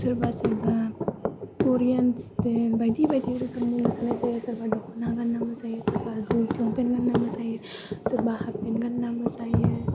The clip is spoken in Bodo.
सोरबा सोरबा करियान देन्स बायदि बायदि रोखोमनि मोसानाय जायो सोरबा दख'ना गान्ना मोसायो सोरबा जिन्स लंफेन गान्ना मोसायो सोरबा हाबफेन गान्ना मोसायो